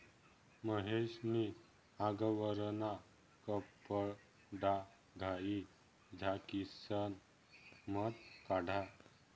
महेश नी आगवरना कपडाघाई झाकिसन मध काढा